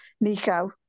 Nico